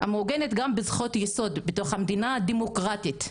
המעוגנת גם בזכות יסוד בתוך המדינה הדמוקרטית,